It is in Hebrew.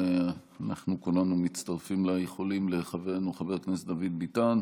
ואנחנו כולנו מצטרפים לאיחולים לחברנו חבר הכנסת דוד ביטן.